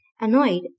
annoyed